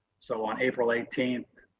so on april eighteenth.